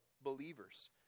believers